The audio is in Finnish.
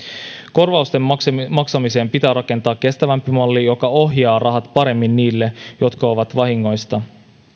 korvausten maksamiseen maksamiseen pitää rakentaa kestävämpi malli joka ohjaa rahat paremmin niille jotka ovat vahingoista